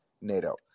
NATO